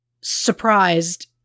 surprised